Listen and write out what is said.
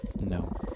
No